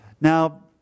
Now